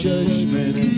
Judgment